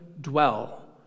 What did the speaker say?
dwell